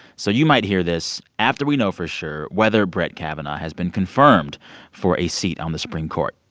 so you might hear this after we know for sure whether brett kavanaugh has been confirmed for a seat on the supreme court.